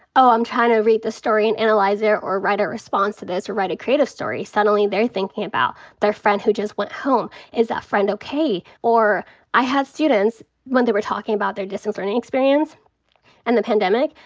oh, i'm trying to read this story and analyze it or write a response to this or write a creative story. suddenly they're thinking about their friend who just went home. is that friend okay? or i have students when they were talking about their distance learning experience and the pandemic,